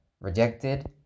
rejected